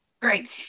Great